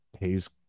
pays